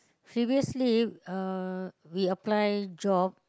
previously uh we apply job